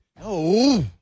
No